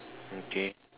okay